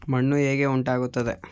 ಮಣ್ಣು ಹೇಗೆ ಉಂಟಾಗುತ್ತದೆ?